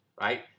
right